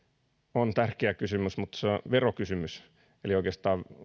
on tärkeä kysymys mutta se on verokysymys eli oikeastaan